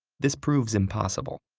this proves impossible.